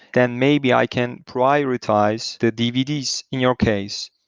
then maybe i can prioritize the dvds, in your case,